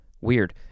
Weird